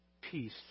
peace